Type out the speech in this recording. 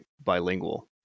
bilingual